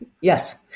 Yes